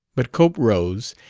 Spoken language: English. but cope rose,